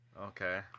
Okay